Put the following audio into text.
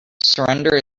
surrender